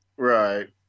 right